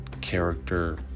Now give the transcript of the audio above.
character